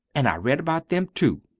an' i read about them, too.